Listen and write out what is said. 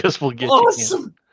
awesome